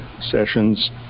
sessions